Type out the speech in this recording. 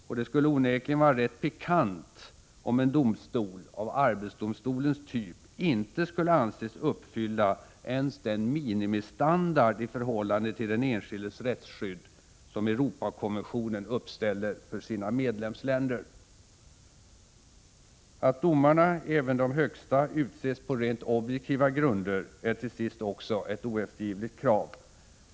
Och det skulle onekligen vara rätt pikant, om en domstol av arbetsdomstolens typ inte skulle anses uppfylla ens den minimistandard i förhållande till den enskildes rättsskydd som Europakonventionen uppställer för sina medlemsländer. Att domarna — även de högsta — utses på rent objektiva grunder är till sist också ett oeftergivligt krav.